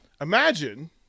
Imagine